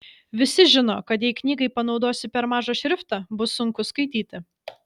visi žino kad jei knygai panaudosi per mažą šriftą bus sunku skaityti